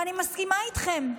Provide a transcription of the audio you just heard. ואני מסכימה איתכם.